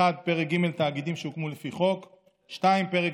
1. פרק ג' (תאגידים שהוקמו לפי חוק); 2. פרק